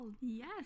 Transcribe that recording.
Yes